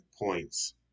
points